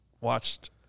watched